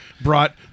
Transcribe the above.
brought